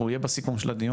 זה יהיה בסיכום של הדיון.